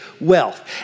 wealth